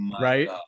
Right